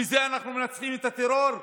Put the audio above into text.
בזה אנחנו מנצחים את הטרור?